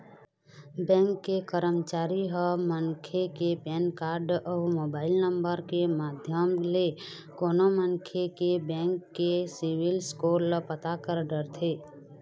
bank के करमचारी ह मनखे के पेन कारड अउ मोबाईल नंबर के माध्यम ले कोनो मनखे के बेंक के सिविल स्कोर ल पता कर डरथे